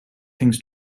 things